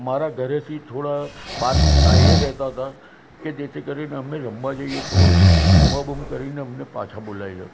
મારા ઘરેથી થોડા એ રહેતા હતા કે જેથી કરીને અમે રમવા જઈએ તો બૂમાબૂમ કરીને અમને પાછા બોલાવી લે